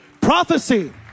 Prophecy